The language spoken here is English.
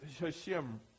Hashem